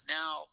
now